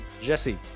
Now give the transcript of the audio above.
Jesse